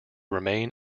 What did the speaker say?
remain